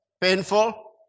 painful